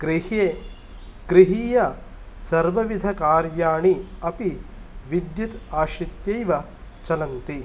गृह्ये गृहीय सर्व विध कार्याणि अपि विद्युत् आश्रित्येव चलन्ति